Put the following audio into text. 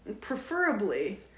preferably